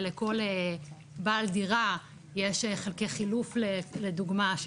לכל בעל דירה יש חלקי חילוף לדוגמה,